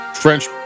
French